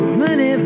money